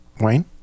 Wayne